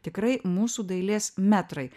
tikrai mūsų dailės metrai